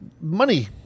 money